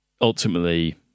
ultimately